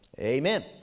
amen